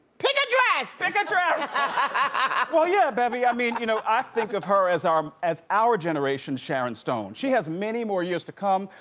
pick a dress! pick a dress! ah yeah bevy, i mean you know i think of her as um as our generation's sharon stone. she has many more years to come,